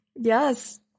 yes